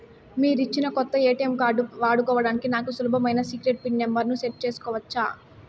మీరిచ్చిన కొత్త ATM card వాడుకోవడానికి నాకు సులభమైన సీక్రెట్ పిన్ నెంబర్ ను సెట్ సేసుకోవచ్చా?